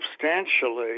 substantially